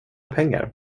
pengar